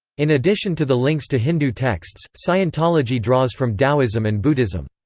in addition to the links to hindu texts, scientology draws from taoism and buddhism.